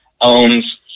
owns